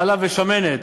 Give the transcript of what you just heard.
חלב ושמנת.